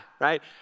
right